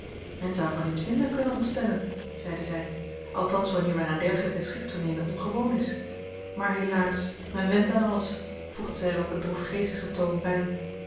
men zou van iets minder kunnen ontstellen zeide zij althans wanneer men aan dergelijke schriktooneelen ongewoon is maar helaas men went aan alles voegde zij er op een droefgeestigen toon bij